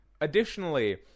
Additionally